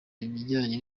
ibijyanye